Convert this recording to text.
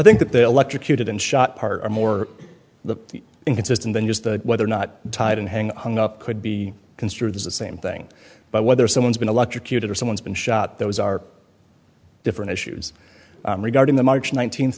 think that they electrocuted and shot part or more the inconsistent than just the weather not tied and hang up could be construed as the same thing but whether someone's been electrocuted or someone's been shot those are different issues regarding the march nineteenth